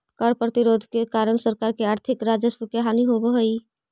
कर प्रतिरोध के कारण सरकार के आर्थिक राजस्व के हानि होवऽ हई